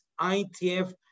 ITF